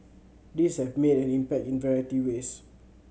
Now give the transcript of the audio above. these have made an impact in variety ways